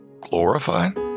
Glorified